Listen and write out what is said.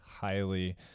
highly